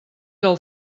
del